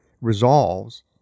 resolves